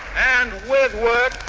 and, with work,